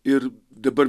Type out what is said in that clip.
ir dabar